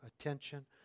attention